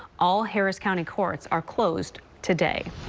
all harris county courts are closed today.